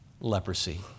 leprosy